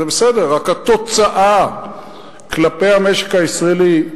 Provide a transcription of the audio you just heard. זה בסדר, רק התוצאה כלפי המשק הישראלי,